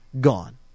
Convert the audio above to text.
Gone